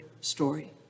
story